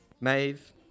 Maeve